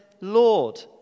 Lord